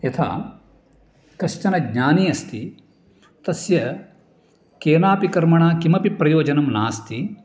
यथा कश्चन ज्ञानी अस्ति तस्य केनापि कर्मणा किमपि प्रयोजनं नास्ति